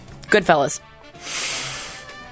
Goodfellas